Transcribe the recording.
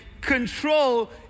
control